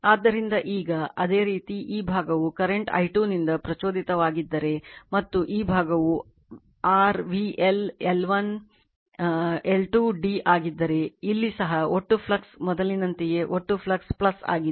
ಆದ್ದರಿಂದ ಈಗ ಅದೇ ರೀತಿ ಈ ಭಾಗವು ಕರೆಂಟ್ i 2 ನಿಂದ ಪ್ರಚೋದಿತವಾಗಿದ್ದರೆ ಮತ್ತು ಈ ಭಾಗವು r v1 L1 L2 d ಆಗಿದ್ದರೆ ಇಲ್ಲಿ ಸಹ ಒಟ್ಟು ಫ್ಲಕ್ಸ್ ಮೊದಲಿನಂತೆಯೇ ಒಟ್ಟು ಫ್ಲಕ್ಸ್ ಆಗಿದೆ